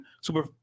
Super